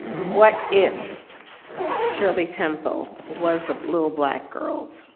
what if shirley temple was a little black girls,